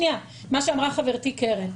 מה שאמרה חברתי קרן: